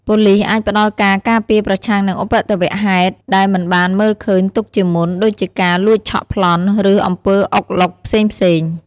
ប៉ូលីសអាចផ្តល់ការការពារប្រឆាំងនឹងឧបទ្ទវហេតុដែលមិនបានមើលឃើញទុកជាមុន ដូចជាការលួចឆក់ប្លន់ ឬអំពើអុកឡុកផ្សេងៗ។